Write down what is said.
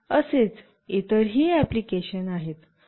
असेच इतरही एप्लिकेशन आहेत